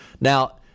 Now